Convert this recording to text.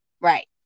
right